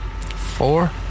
four